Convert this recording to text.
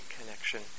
connection